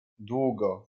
długo